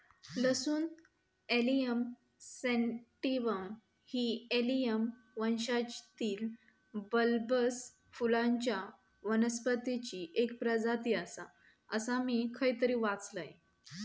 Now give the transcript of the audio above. लसूण allium sativum ही allium वंशातील बल्बस फुलांच्या वनस्पतीची एक प्रजाती आसा, असा मी खयतरी वाचलंय